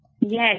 Yes